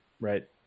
right